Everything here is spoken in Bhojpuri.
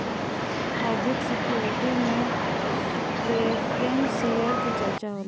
हाइब्रिड सिक्योरिटी में प्रेफरेंस शेयर के चर्चा होला